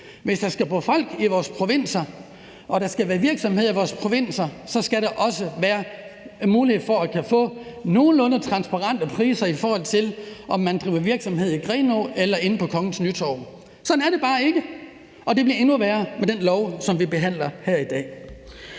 Hvis der skal bo folk i vores provinser og der skal være virksomheder i vores provinser, skal der også være mulighed for at få nogenlunde transparente priser, hvad enten man driver virksomhed i Grenaa eller inde på Kongens Nytorv. Sådan er det bare ikke, og det bliver endnu værre med det lovforslag, som vi behandler her i dag.